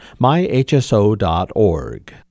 myhso.org